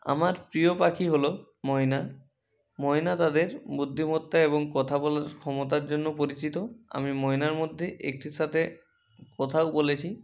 আমার প্রিয় পাখি হলো ময়না ময়না তাদের বুদ্ধিমত্তা এবং কথা বলার ক্ষমতার জন্য পরিচিত আমি ময়নার মধ্যে একটির সাথে কথাও বলেছি